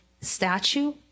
statue